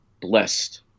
blessed